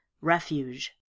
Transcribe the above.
refuge